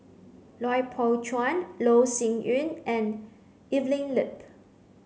Lui Pao Chuen Loh Sin Yun and Evelyn Lip